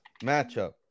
matchup